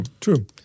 true